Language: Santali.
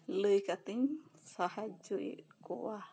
ᱞᱟᱹᱭ ᱠᱟᱛᱮᱜ ᱤᱧ ᱥᱟᱦᱟᱡᱚᱭᱮᱫ ᱠᱚᱣᱟ